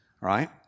right